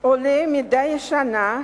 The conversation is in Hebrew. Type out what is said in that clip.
עולה מדי שנה